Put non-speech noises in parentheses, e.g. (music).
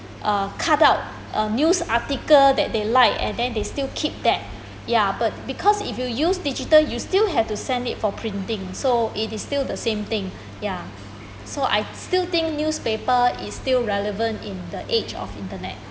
uh cut out uh news article that they like and then they still keep that ya but because if you use digital you still need to send it printing so it still the same thing (breath) ya so I still think newspaper is still relevant in the age of internet